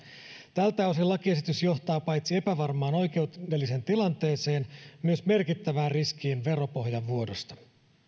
tältä osin lakiesitys johtaa paitsi epävarmaan oikeudelliseen tilanteeseen myös merkittävään riskiin veropohjan vuodosta